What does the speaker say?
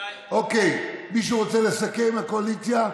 מישהו רוצה לסכם מהקואליציה?